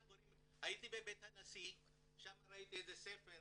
הייתי בבית הנשיא, שם ראיתי איזה ספר,